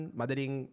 madaling